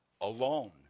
alone